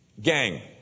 Gang